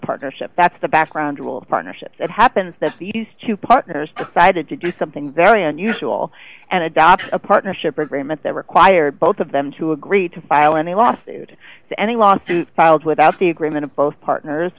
partnership that's the background role of partnerships it happens that these two partners decided to do something very unusual and adopt a partnership agreement that required both of them to agree to file any lawsuit so any lawsuits filed without the agreement of both partners